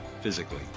physically